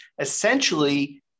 essentially